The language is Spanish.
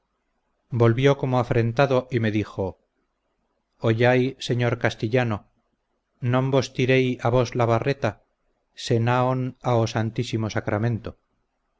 volvió como afrentado y me dijo ollai senhor castillano non vos tirei a vos a barreta se naon a o santísimo sacramento